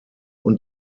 und